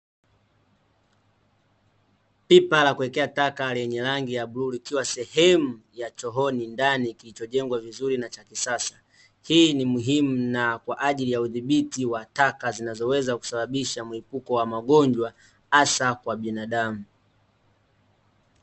Pipa la kuwekea taka lenye rangi ya buluu likiwa sehem ya chooni ndani kilichojengwa vizuri na cha kisasa. Hii ni muhimu na kwa ajili ya uthibiti wa taka zinazoweza kusababisha mlipuko wa magonjwa hasa kwa binadamu.